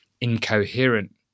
incoherent